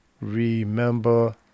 Remember